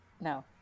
No